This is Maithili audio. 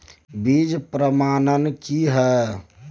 बीज प्रमाणन की हैय?